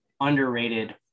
underrated